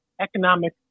economic